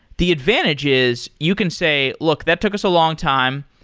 the advantage is you can say, look, that took us a longtime,